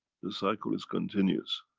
the cycle is continuous.